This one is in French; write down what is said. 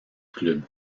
club